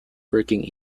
working